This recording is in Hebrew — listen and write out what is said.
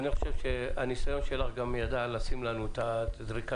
אני חושב שהניסיון שלך ידע לשים לנו את זריקת